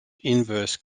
inverse